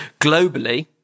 Globally